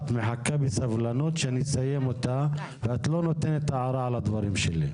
את מחכה בסבלנות שאני אסיים אותה ואת לא מעירה על הדברים שלי.